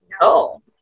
No